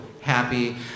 happy